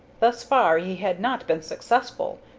thus far he had not been successful,